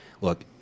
look